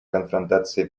конфронтации